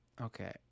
Okay